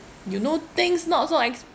you know things not so ex